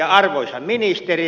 arvoisa ministeri